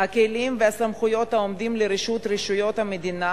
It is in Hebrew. הכלים והסמכויות העומדים לרשות רשויות המדינה,